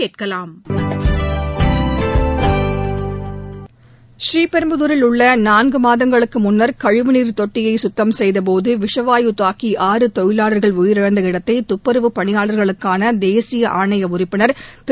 ப்ரீபெரும்புதூரில் நான்கு மாதங்களுக்கு முன்னர் கழிவுநீர் தொட்டியை சுத்தம் செய்தபோது விஷவாயு தாக்கி ஆறு தொழிலாளர்கள் உயிரிழந்த இடத்தை துப்புரவுப் பணியாளர்களுக்கான தேசிய ஆணைய உறுப்பினர் திரு